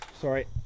Sorry